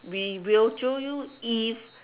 we will jio you if